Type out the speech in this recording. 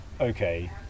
okay